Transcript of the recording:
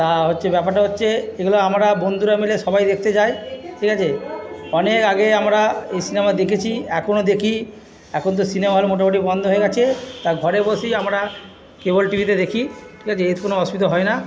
তা হচ্ছে ব্যপারটা হচ্ছে যেগুলো আমরা বন্ধুরা মিলে সবাই দেখতে যাই ঠিক আছে অনেক আগে আমরা এই সিনেমা দেখেছি এখনো দেখি এখন তো সিনেমা হল মোটামুটি বন্ধ হয়ে গেছে তা ঘরে বসেই আমরা কেবল টিভিতে দেখি কোনো অসুবিধা হয় না